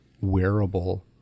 wearable